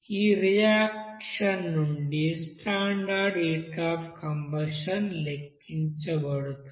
ఈ రియాక్షన్ నుండి standard heat of combustion లెక్కించబడుతుంది